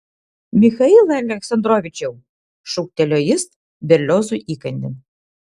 michailai aleksandrovičiau šūktelėjo jis berliozui įkandin